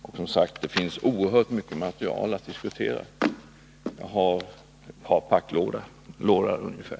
Och det finns oerhört mycket, inte minst material, att diskutera — jag har ett par packlårar ungefär.